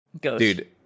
dude